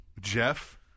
Jeff